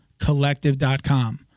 Collective.com